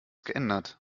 geändert